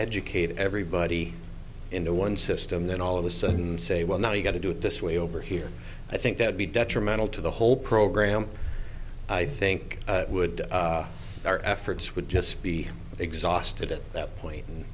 educate everybody into one system then all of a sudden say well now you got to do it this way over here i think that be detrimental to the whole program i think it would our efforts would just be exhausted at that point and